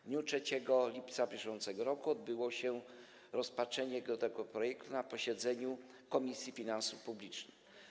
W dniu 3 lipca br. odbyło się rozpatrzenie tego projektu na posiedzeniu Komisji Finansów Publicznych.